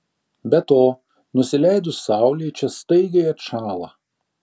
be to nusileidus saulei čia staigiai atšąla